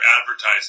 advertising